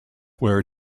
where